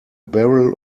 barrel